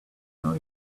know